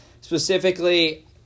Specifically